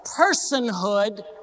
Personhood